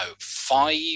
five